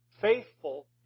faithful